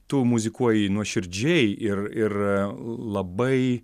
tu muzikuoji nuoširdžiai ir ir labai